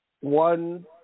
One